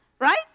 right